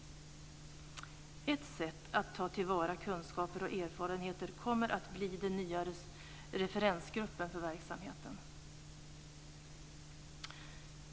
Ett sätt att ta till vara kunskaper och erfarenheter kommer att bli den nya referensgruppen för verksamheten.